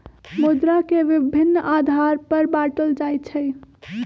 मुद्रा के विभिन्न आधार पर बाटल जाइ छइ